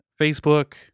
Facebook